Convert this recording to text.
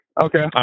Okay